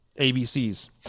ABCs